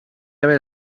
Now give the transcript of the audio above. haver